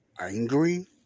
angry